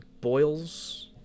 boils